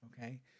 okay